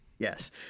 Yes